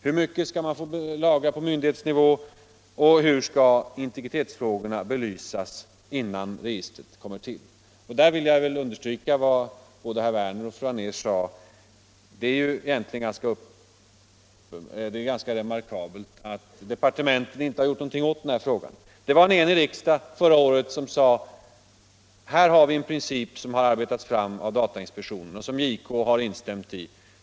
Hur mycket skall man få lagra på myndighetsnivå och hur skall integritetsfrågorna belysas innan registren kommer till? Där vill jag understryka vad både herr Werner i Malmö och fru Anér sade om att det egentligen är ganska remarkabelt att departementet inte har gjort något åt denna fråga. En enig riksdag förklarade förra året att det fanns en princip, som arbetats fram av datainspektionen och som JK instämt i.